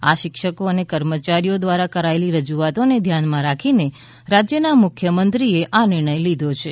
આ શિક્ષકો અને કર્મચારીઓ દ્વારા કરાયેલી રજૂઆતોને ધ્યાનમાં રાખીને રાજ્યના મુખ્યમંત્રીએ આ નિર્ણય લીધો છે